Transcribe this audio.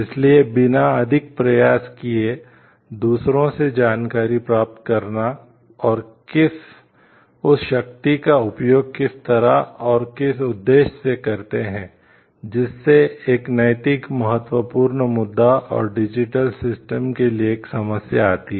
इसलिए बिना अधिक प्रयास किए दूसरों से जानकारी प्राप्त करना और किस उस शक्ति का उपयोग किस तरह और किस उद्देश्य से करते हैं जिससे एक नैतिक महत्वपूर्ण मुद्दा और डिजिटल सिस्टम के लिए एक समस्या आती है